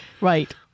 Right